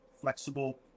flexible